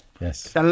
Yes